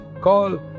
call